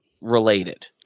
related